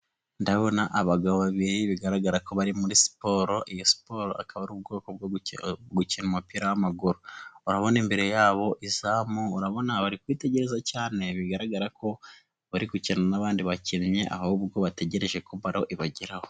Ndabona abagabo babiri bigaragara ko bari muri siporo, iyo siporroba ari ubwoko gukina umupira w'amaguru, urabona imbere yabo izamu, urabina bari kwitegereza cyane, bigaragara ko bari gukina n'abandi bakinnyi ahubwo bategereje ko baro ibageraho.